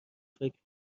فکر